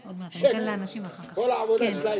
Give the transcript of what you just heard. משפט,